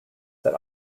that